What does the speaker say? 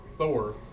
Thor